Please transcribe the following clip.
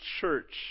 church